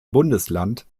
bundesland